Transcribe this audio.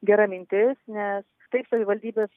gera mintis nes taip savivaldybės